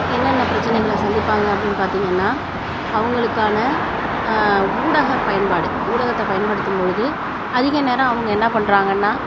என்னென்ன பிரச்சனைகளை சந்திப்பாங்க அப்படின்னு பார்த்திங்கன்னா அவங்களுக்கான ஊடகப் பயன்பாடு ஊடகத்தை பயன்படுத்தும் பொழுது அதிக நேரம் அவங்க என்னா பண்ணுறாங்கன்னா